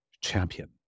champion